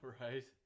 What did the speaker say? Right